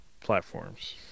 platforms